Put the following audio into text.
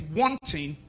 wanting